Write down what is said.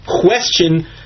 question